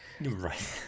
Right